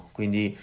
Quindi